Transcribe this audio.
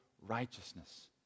righteousness